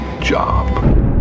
job